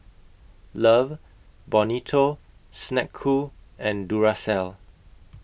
Love Bonito Snek Ku and Duracell